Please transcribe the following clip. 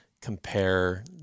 compare